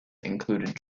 included